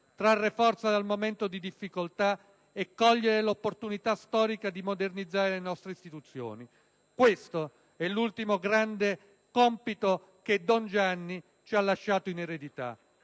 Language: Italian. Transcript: Trarre forza dal momento di difficoltà e cogliere l'opportunità storica di modernizzare le nostre istituzioni: questo è l'ultimo grande compito che don Gianni ci ha lasciato in eredità.